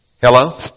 Hello